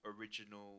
original